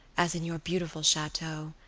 as in your beautiful chateau,